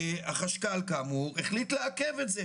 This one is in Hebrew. החשכ"ל כאמור החליט לעכב את זה